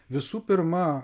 visų pirma